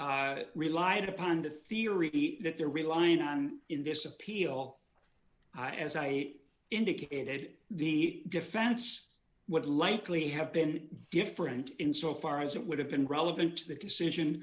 trial relied upon the theory that they're relying on in this appeal as i indicated the defense would likely have been different in so far as it would have been relevant to the decision